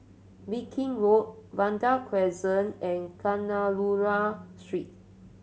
Viking Road Vanda Crescent and Kadayanallur Street